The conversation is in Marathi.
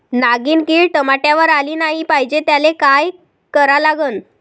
नागिन किड टमाट्यावर आली नाही पाहिजे त्याले काय करा लागन?